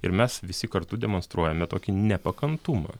ir mes visi kartu demonstruojame tokį nepakantumą